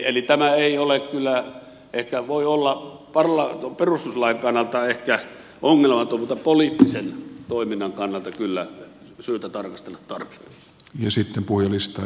eli tämä ehkä voi olla perustuslain kannalta ongelmaton mutta poliittisen toiminnan kannalta kyllä on syytä tarkastella tarkemmin